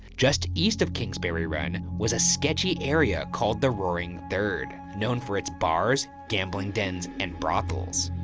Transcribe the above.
just east of kingsbury run was a sketchy area called the roaring third, known for it's bars, gambling dens, and brothels.